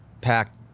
packed